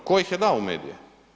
Tko ih je dao u medije?